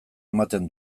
ematen